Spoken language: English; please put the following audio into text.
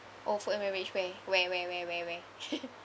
oh food and beverage where where where where where where